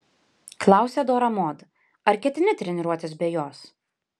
klausia dora mod ar ketini treniruotis be jos